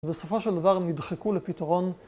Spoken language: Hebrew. בסופו של דבר נדחקו לפתרון.